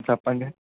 చెప్పండి